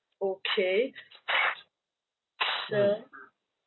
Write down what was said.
okay sure